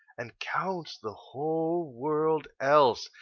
and counts the whole world else,